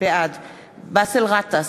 בעד באסל גטאס,